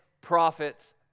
profits